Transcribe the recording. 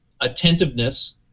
attentiveness